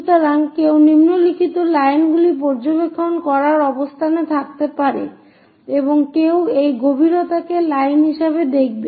সুতরাং কেউ নিম্নলিখিত লাইনগুলি পর্যবেক্ষণ করার অবস্থানে থাকতে পারে এবং কেউ এই গভীরতাকে লাইন হিসাবে দেখবে